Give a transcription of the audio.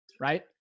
Right